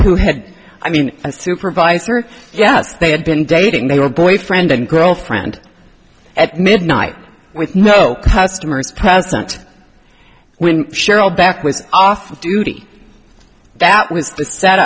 who had i mean supervisor yes they had been dating they were boyfriend and girlfriend at midnight with no customers present when cheryl back was off duty that was